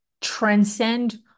transcend